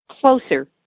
closer